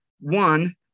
one